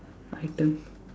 item